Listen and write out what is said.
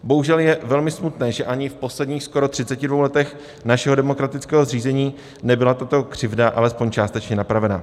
Bohužel je velmi smutné, že ani v posledních skoro 32 letech našeho demokratického zřízení nebyla tato křivda alespoň částečně napravena.